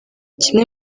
kimwe